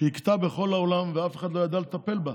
כשהכתה בכל העולם ואף אחד לא ידע לטפל בה,